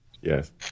yes